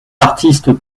artistes